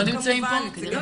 לכן,